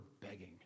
begging